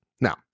Now